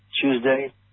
Tuesday